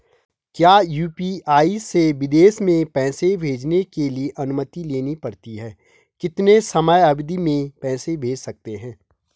क्या यु.पी.आई से विदेश में पैसे भेजने के लिए अनुमति लेनी पड़ती है कितने समयावधि में पैसे भेज सकते हैं?